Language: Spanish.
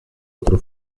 otro